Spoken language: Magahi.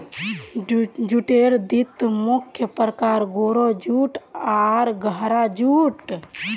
जूटेर दिता मुख्य प्रकार, गोरो जूट आर गहरा जूट